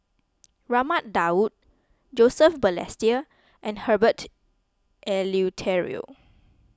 Raman Daud Joseph Balestier and Herbert Eleuterio